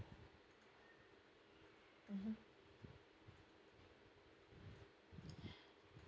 mmhmm